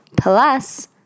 Plus